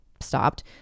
Stopped